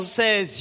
says